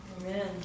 amen